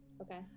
okay